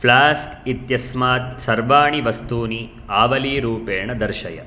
flask इत्यस्मात् सर्वाणि वस्तूनि आवलीरूपेण दर्शय